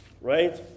right